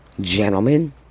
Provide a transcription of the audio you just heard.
Gentlemen